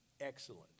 excellent